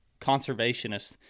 conservationists